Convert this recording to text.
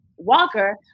Walker